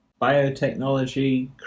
biotechnology